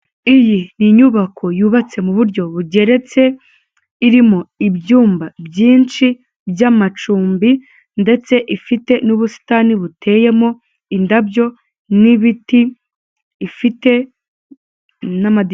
Iyi ni inyubako yubatswe muburyo bugeretse, irimo ibyumba byinshi by'amacumbi ndetse ifite n'ubusitani buteyemo indabyo n'ibiti ifite namadi.......